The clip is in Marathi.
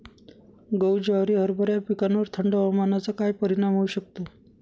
गहू, ज्वारी, हरभरा या पिकांवर थंड हवामानाचा काय परिणाम होऊ शकतो?